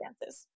dances